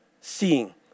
seeing